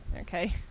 Okay